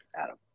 Adam